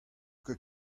ket